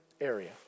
area